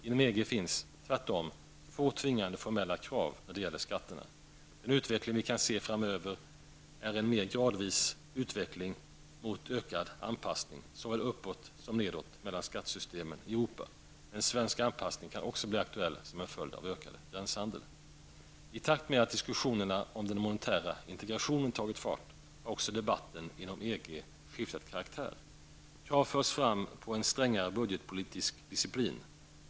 Inom EG finns tvärtom få tvingande formella krav när det gäller skatterna. Den utveckling vi kan se framför oss är en mer gradvis utveckling mot ökad anpassning -- såväl uppåt som nedåt -- mellan skattesystemen i Europa. En svensk anpassning kan också bli aktuell som följd av ökad gränshandel. I takt med att diskussionen om den monetära integrationen tagit fart har också debatten inom EG skiftat karaktär. Krav förs fram på en strängare budgetpolitisk disciplin.